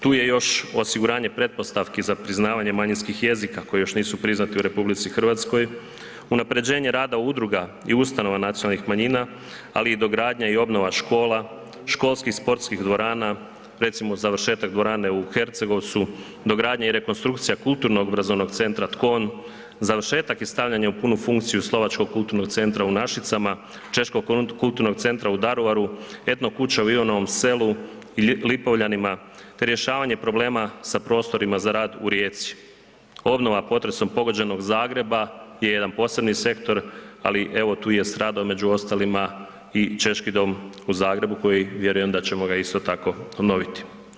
Tu je još osiguranje pretpostavki za priznavanje manjinskih jezika koji još nisu priznati u RH, unaprjeđenje rada udruga i ustanova nacionalnih manjina, ali i dogradnja i obnova škola, školskih sportskih dvorana, recimo, završetak dvorane u Hercegovcu, dogradnja i rekonstrukcija Kulturno-obrazovnog centra Tkon, završetak i stavljanje u punu funkciju slovačkog kulturnog centra u Našicama, češkog kulturnog centra u Daruvaru, etno kuća u Ivanovom Selu, Lipovljanima te rješavanje problema sa prostorima za rad u Rijeci, obnova potresom pogođenog Zagreba je jedan posebni sektor, ali evo, tu je stradao, među ostalima i Češki dom u Zagrebu koji, vjerujem da ćemo ga isto tako obnoviti.